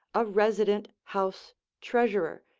a resident house treasurer,